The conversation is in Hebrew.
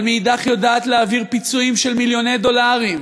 אבל מאידך יודעת להעביר פיצויים של מיליוני דולרים,